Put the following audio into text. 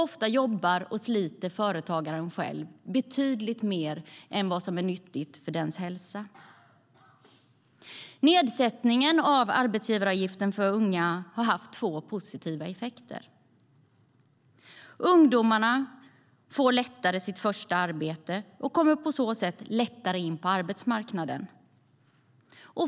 Ofta jobbar och sliter företagaren själv betydligt mer än vad som är nyttigt för hälsan. Nedsättningen av arbetsgivaravgifter för unga har haft två positiva effekter. Ungdomarna får lättare sitt första arbete, och de kommer på så sätt lättare in på arbetsmarknaden.